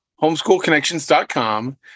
homeschoolconnections.com